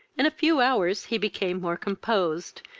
in a few hours he became more composed,